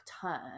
turn